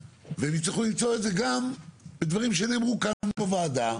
והם יצטרכו למצוא את זה גם בדברים שנאמרו כאן בוועדה,